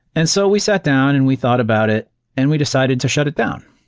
and so we sat down and we thought about it and we decided to shut it down,